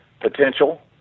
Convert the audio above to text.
potential